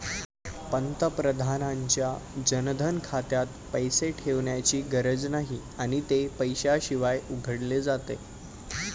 पंतप्रधानांच्या जनधन खात्यात पैसे ठेवण्याची गरज नाही आणि ते पैशाशिवाय उघडले जाते